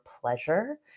pleasure